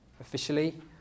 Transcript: Officially